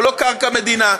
לא קרקע מדינה.